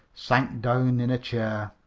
sank down in a chair.